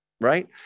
right